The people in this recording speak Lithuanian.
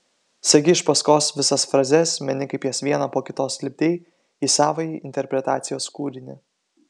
seki iš paskos visas frazes meni kaip jas vieną po kitos lipdei į savąjį interpretacijos kūrinį